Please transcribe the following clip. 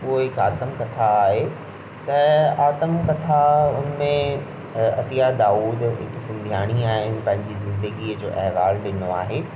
हूअ हिकु आतमकथा आहे त आतमकथा हुन में अतिया दाऊद हिकु सिंधियाणी आहे पंहिंजी ज़िंदगी जो अहिवालु ॾिनो आहे